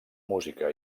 música